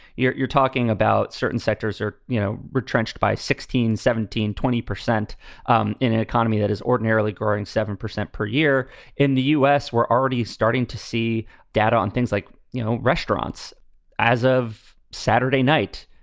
you're you're talking about certain sectors or, you know, retrenched by sixteen, seventeen, twenty percent um in an economy that is ordinarily growing seven percent per year in the u s, we're already starting to see data on things like, you know, restaurants as of saturday night.